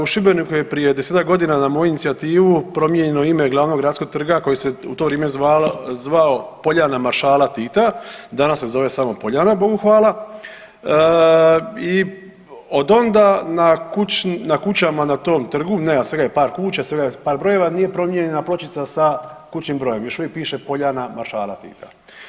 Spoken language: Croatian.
U Šibeniku je prije 10-ak godina na moju inicijativu promijenjeno ime glavnog gradskog trga koji se u to vrijeme zvao Poljana maršala Tita, danas se zove samo Poljana Bogu hvala, i od onda na kućama na tom trgu, nema svega je par kuća, svega je par brojeva nije promijenjena pločica sa kućnim brojem, još uvijek piše Poljana maršala Tita.